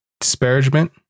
disparagement